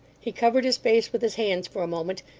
he covered his face with his hands for a moment,